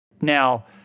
Now